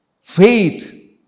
Faith